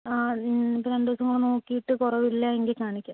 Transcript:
അ രണ്ട് ദിവസം കൂടെ നോക്കീട്ട് കുറവ് ഇല്ല എങ്കിൽ കാണിക്കാം